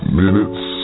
minutes